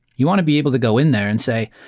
you want to be able to go in there and say,